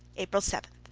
april seven.